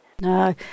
No